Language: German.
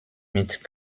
mit